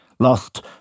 lost